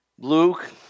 Luke